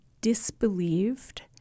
disbelieved